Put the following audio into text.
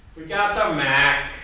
get the mac